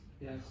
yes